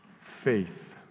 faith